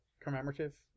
commemorative